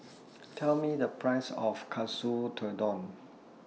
Tell Me The Price of Katsu Tendon